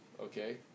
okay